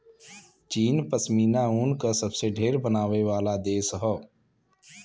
चीन पश्मीना ऊन क सबसे ढेर बनावे वाला देश हौ